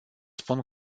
spun